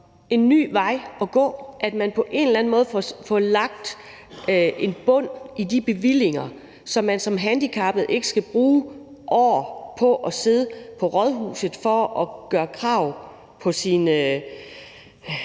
en ny vej at gå, altså at man på en eller anden måde får lagt en bund under de bevillinger, så man som handicappet ikke skal bruge år på at sidde på rådhuset for at gøre krav på sine